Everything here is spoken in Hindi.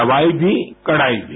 दवाई भी कड़ाई भी